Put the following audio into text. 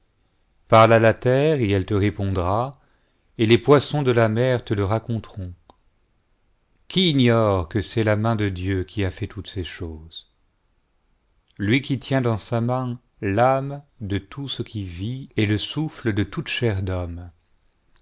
parle à la terre et elle te répondra el les poissons de la mer te le raconteront qui ignore que c'est la main de dieu qui a fait toutes ces choses lui qui tient dans sa main l'âme de tout ce qui vit et le souffle de toute chair d'homme